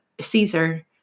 Caesar